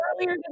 earlier